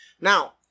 Now